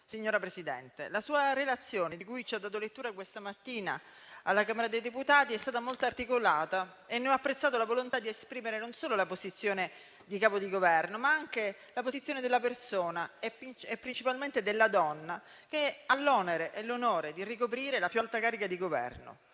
cui la Presidente del Consiglio ha dato lettura questa mattina alla Camera dei deputati è stata molto articolata e ne ho apprezzato la volontà di esprimere non solo la posizione di Capo di Governo, ma anche quella della persona e principalmente della donna che ha l'onere e l'onore di ricoprire la più alta carica di Governo.